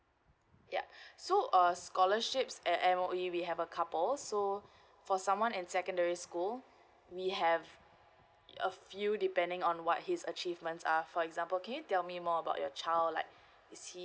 yup so uh scholarships at M_O_E we have a couple so for someone end secondary school we have a few depending on what his achievements are for example can you tell me more about your child like is he